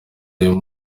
uyu